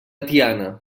tiana